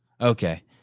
Okay